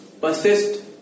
persist